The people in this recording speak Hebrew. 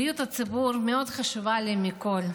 בריאות הציבור חשובה לי מכול,